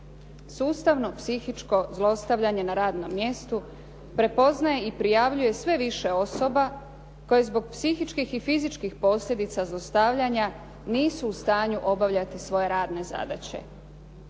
Sustavno psihičko zlostavljanje na radnom mjestu prepoznaje i prijavljuje sve više osoba koje zbog psihičkih i fizičkih posljedica zlostavljanja nisu u stanju obavljati svoje radne zadaće.